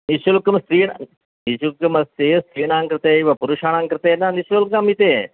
निःशुल्कं स्त्री निःशुल्कं अस्ति स्त्रीणाङ्कृते एव पुरुषाणाङ्कृते न निःशुल्कम् इति